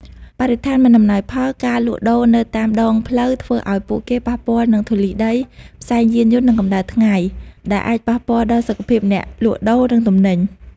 បរិស្ថានមិនអំណោយផល ការលក់ដូរនៅតាមដងផ្លូវធ្វើឱ្យពួកគេប៉ះពាល់នឹងធូលីដី ផ្សែងយានយន្ត និងកម្ដៅថ្ងៃ ដែលអាចប៉ះពាល់ដល់សុខភាពទាំងអ្នកលក់ និងទំនិញ ។